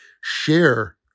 share